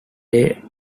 day